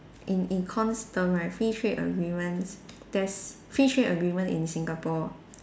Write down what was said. in Econs term right free trade agreements there's free trade agreement in Singapore